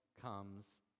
comes